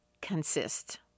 consist